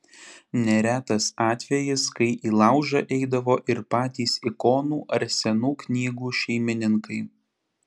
neretas atvejis kai į laužą eidavo ir patys ikonų ar senų knygų šeimininkai